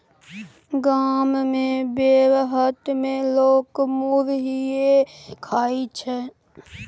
गाम मे बेरहट मे लोक मुरहीये खाइ छै